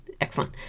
Excellent